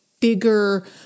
bigger